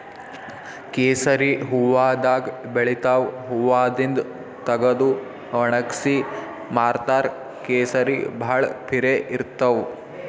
ಕೇಸರಿ ಹೂವಾದಾಗ್ ಬೆಳಿತಾವ್ ಹೂವಾದಿಂದ್ ತಗದು ವಣಗ್ಸಿ ಮಾರ್ತಾರ್ ಕೇಸರಿ ಭಾಳ್ ಪಿರೆ ಇರ್ತವ್